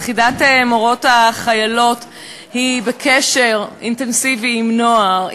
יחידת מורות חיילות היא בקשר אינטנסיבי עם נוער,